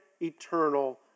eternal